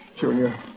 Junior